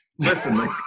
Listen